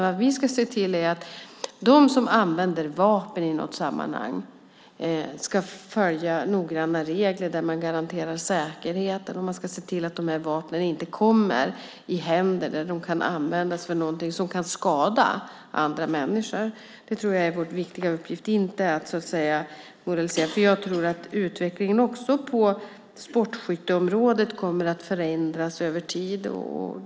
Vad vi ska se till är att de som använder vapen i något sammanhang ska följa noggranna regler som gör att man garanterar säkerheten. Man ska se till att de här vapnen inte kommer i händer där de kan användas till någonting som kan skada andra människor. Det tror jag är vår viktiga uppgift, inte att så att säga moralisera. Jag tror att utvecklingen också på sportskytteområdet kommer att förändras över tid.